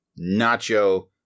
nacho